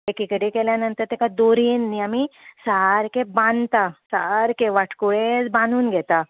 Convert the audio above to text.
एकी कडेन केल्या नंतर ताका दोरयेन न्हय आमी सारकें बांदता सारकें वांटकुळेंच बानून घेता